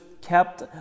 kept